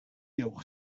явах